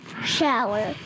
Shower